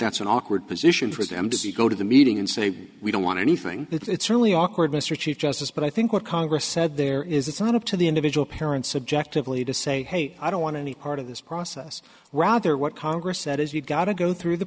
that's an awkward position for them to go to the meeting and say we don't want anything it's really awkward mr chief justice but i think what congress said there is it's not up to the individual parents subjectively to say hey i don't want any part of this process rather what congress that is you've got to go through the